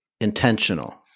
Intentional